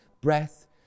breath